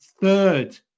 third